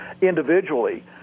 individually